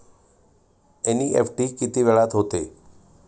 NEFT किती वेळात होते?